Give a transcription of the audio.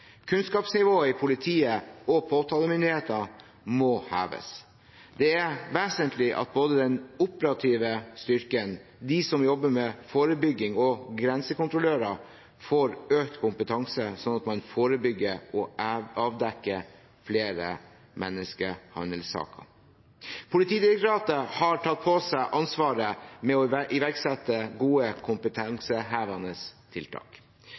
Kunnskapsnivået i politiet og påtalemyndigheten må heves. Det er vesentlig at både den operative styrken, de som jobber med forebygging, og grensekontrollører får økt kompetanse, sånn at man forebygger og avdekker flere menneskehandelsaker. Politidirektoratet har tatt på seg ansvaret med hensyn til å iverksette gode kompetansehevende tiltak.